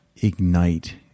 ignite